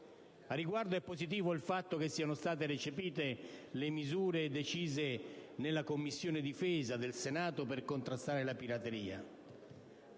riguardo, è positivo il fatto che siano state recepite le misure decise nella Commissione difesa del Senato per contrastare la pirateria.